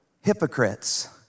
hypocrites